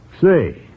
Say